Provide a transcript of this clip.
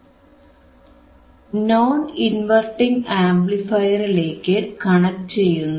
തുടർന്ന് അതിനെ ഇൻവെർട്ടിംഗ് അല്ലെങ്കിൽ നോൺ ഇൻവെർട്ടിംഗ് ആംപ്ലിഫയറിലേക്ക് കണക്ട് ചെയ്യുന്നു